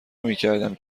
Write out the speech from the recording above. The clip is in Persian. نمیکردم